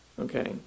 Okay